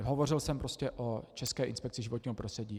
Hovořil jsem o České inspekci životního prostředí.